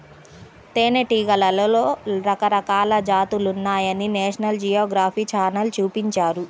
తేనెటీగలలో రకరకాల జాతులున్నాయని నేషనల్ జియోగ్రఫీ ఛానల్ చూపించారు